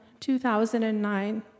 2009